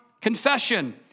confession